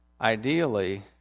Ideally